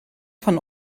von